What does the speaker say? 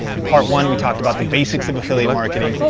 in part one we talked about the basics of affiliate marketing.